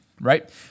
right